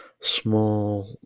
small